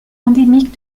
endémique